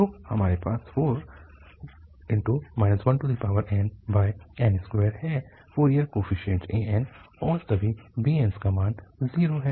तो हमारे पास 4 1nn2 हैफोरियर कोफीशिएंट an और सभी bns का मान 0 है